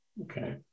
Okay